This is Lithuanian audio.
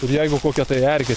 ir jeigu kokia tai erkė